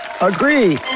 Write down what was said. Agree